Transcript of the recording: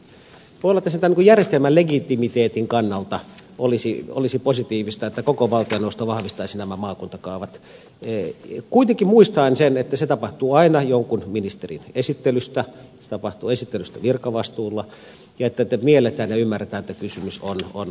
voi olla että se tämän järjestelmän legitimiteetin kannalta olisi positiivista että koko valtioneuvosto vahvistaisi nämä maakuntakaavat kuitenkin muistaen sen että se tapahtuu aina jonkun ministerin esittelystä se tapahtuu esittelystä virkavastuulla ja että mielletään ja ymmärretään että kysymys on laillisuusharkinnasta